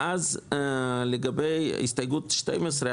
לגבי הסתייגות 12,